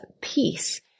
peace